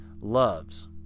loves